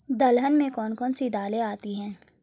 दलहन में कौन कौन सी दालें आती हैं?